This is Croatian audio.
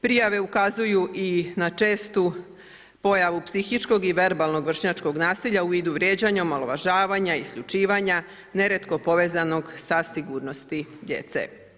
Prijave ukazuju i na često pojavu psihičkog i verbalnog vršnjačkog nasilja u vidu vrijeđanja, omalovažavanja, isključivanja, nerijetko povezanih sa sigurnosti djece.